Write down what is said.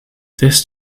this